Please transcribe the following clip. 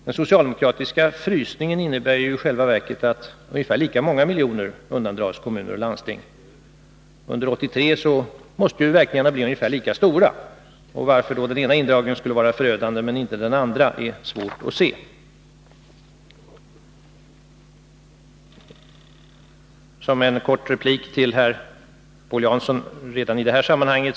Den socialdemokratiska frysningen innebär ju i själva verket att ungefär lika många miljarder undandras kommuner och landsting. Under 1983 måste verkningarna bli ungefär lika stora. Att bara den ena indragningen skulle vara förödande men inte den andra är svårt att se. En kort replik redan i detta sammanhang till vad herr Paul Jansson sade.